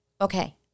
Okay